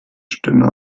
stimme